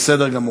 ובסדר גמור.